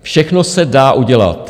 Všechno se dá udělat.